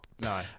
No